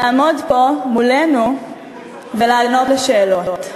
לעמוד פה מולנו ולענות על שאלות.